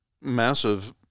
massive